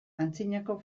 antzinako